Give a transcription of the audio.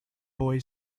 boy